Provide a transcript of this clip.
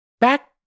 Back